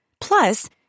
Plus